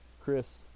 Chris